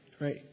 Right